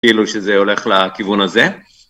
כאילו שזה הולך לכיוון הזה?